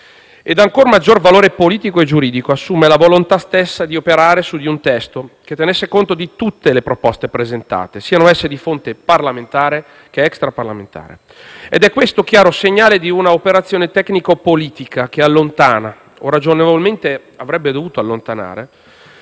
Ed ancora maggior valore politico e giuridico assume la volontà stessa di operare su di un testo che tenesse conto di tutte le proposte presentate, siano esse di fonte parlamentare che extraparlamentare. Questo è chiaro segnale di una operazione tecnico-politica che allontana, o ragionevolmente avrebbe dovuto allontanare,